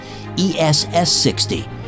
ESS60